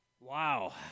Wow